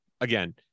again